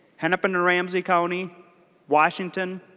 hennepin and ramsey county washington